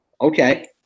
okay